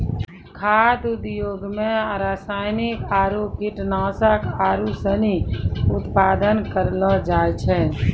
खाद्य उद्योग मे रासायनिक आरु कीटनाशक आरू सनी उत्पादन करलो जाय छै